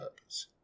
purpose